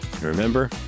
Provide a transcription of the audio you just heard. Remember